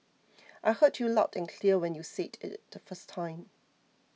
I heard you loud and clear when you said it the first time